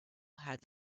had